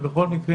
בכל מקרה,